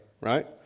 right